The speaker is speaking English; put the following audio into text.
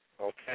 Okay